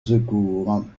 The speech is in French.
secours